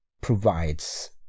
provides